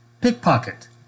Pickpocket